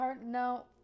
No